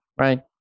right